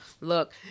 Look